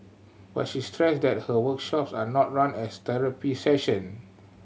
but she stressed that her workshops are not run as therapy session